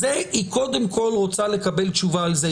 קודם כול, היא רוצה לקבל תשובה על זה.